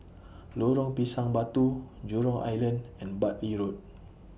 Lorong Pisang Batu Jurong Island and Bartley Road